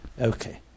Okay